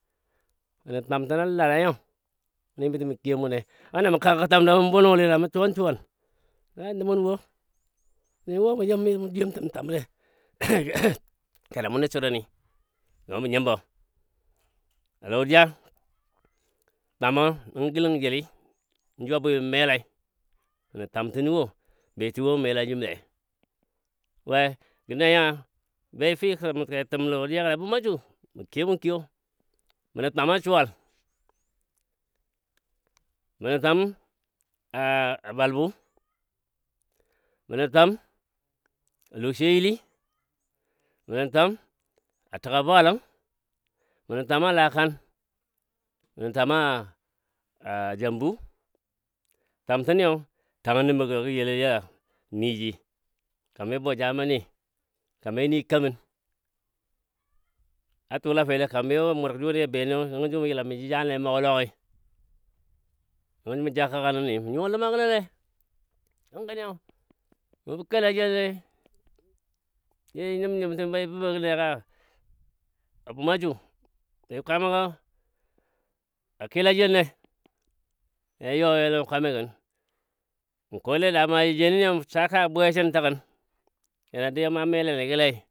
mə nə twamtənɔ lara nyo ni mitə mə kiyo munnei ana mu kaka twam dwam mu bwenoli na mə suwan suwan na nəmunwo wuni wo muyim mimɔ juyomtən twamle kena mu nə suruni go mə nyimbo a lodiya twamo nəngɔ gəlɔn jəli nəngɔ juwa bwi mə malai mə nə twamtənɔ wo betii wo mə melajim le gə nanya bajɔ fii ke təm lodiya gɔlei kuma su məkiyo munkiyo, mənə twama suwal, mənə twam a a balbu mənə, twam alo sweyili, mənə twam a təga bwalang, mənə twama lakang mə nə twam a jambu twamtəniyo, tangəna nəbo gɔ yela yela nniji kami bwa jama ni, kami ni kamən a tula felli kambi nəbɔ mur juni a benənyo nəngɔ ju gə yilami jəjalen nai a mugɔ lɔngi nəngɔ mə ja kəga nəni mə ynuwa ləma gəno lei ne kənkeniyo ju bə kala jenna yaji nyim nyimtəm jə bubɔ benei ka a bumma su, be kwaama ga ya kilajenne yaji youle lɔ kwamigən mə kole da maaji jenɔniyo mə sa ka bwesən təgən kena du you maa melali gəlai.